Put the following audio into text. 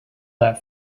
that